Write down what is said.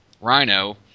Rhino